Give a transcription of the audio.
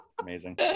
amazing